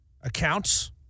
accounts